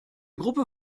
gruppe